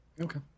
okay